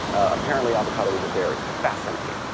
apparently avocado is a berry. fascinating.